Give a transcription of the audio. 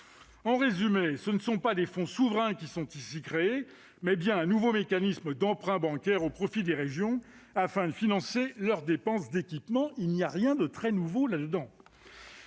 En résumé, ce ne sont pas des fonds souverains qui sont ici créés, mais bien un nouveau mécanisme d'emprunt bancaire au profit des régions afin de financer leurs dépenses d'équipement. Il n'y a là rien de très nouveau ...